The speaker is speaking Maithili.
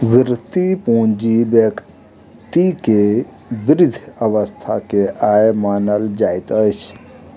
वृति पूंजी व्यक्ति के वृद्ध अवस्था के आय मानल जाइत अछि